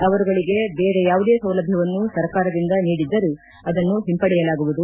ಅವರುಗಳಿಗೆ ಬೇರೆ ಯಾವುದೇ ಸೌಲಭ್ಯವನ್ನು ಸರ್ಕಾರದಿಂದ ನೀಡಿದ್ದರೂ ಅದನ್ನು ಹಿಂಪಡೆಯಲಾಗುವುದು